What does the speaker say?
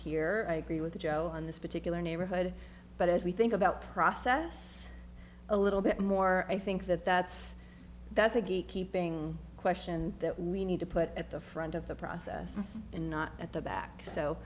here i agree with joe on this particular neighborhood but as we think about process a little bit more i think that that's that's a gate keeping question that we need to put at the front of the process and not at the back